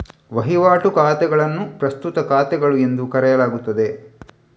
ವಹಿವಾಟು ಖಾತೆಗಳನ್ನು ಪ್ರಸ್ತುತ ಖಾತೆಗಳು ಎಂದು ಕರೆಯಲಾಗುತ್ತದೆ